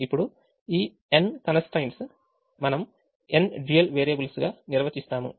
ఇప్పుడు ఈ n కన్స్ ట్రైన్ట్స్మనం n dual వేరియబుల్స్ గా నిర్వచిస్తాము